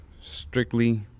strictly